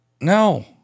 No